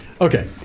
okay